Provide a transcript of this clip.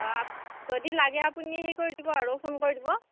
যদি লাগে আপুনি সেই কৰি দিব আৰু ফোন কৰি দিব